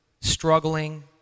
struggling